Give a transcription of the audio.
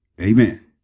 Amen